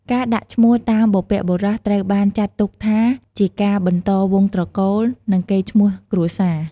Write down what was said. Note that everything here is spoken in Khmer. ការដាក់ឈ្មោះតាមបុព្វបុរសត្រូវបានចាត់ទុកថា ជាការបន្តវង្សត្រកូល និងកេរ្តិ៍ឈ្មោះគ្រួសារ។